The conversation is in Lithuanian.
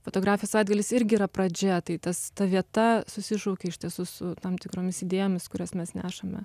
fotografių savaitgalis irgi yra pradžia tai tas ta vieta susišaukia iš tiesų su tam tikromis idėjomis kurias mes nešame